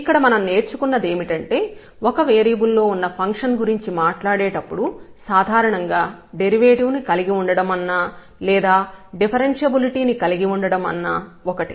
ఇక్కడ మనం నేర్చుకున్న దేమిటంటే ఒక వేరియబుల్ లో ఉన్న ఫంక్షన్ గురించి మాట్లాడేటప్పుడు సాధారణంగా డెరివేటివ్ ను కలిగి ఉండడం అన్నా లేదా డిఫరెన్షబులిటీ ని కలిగి ఉండడం అన్నా ఒకటే